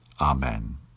Amen